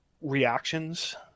reactions